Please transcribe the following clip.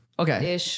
Okay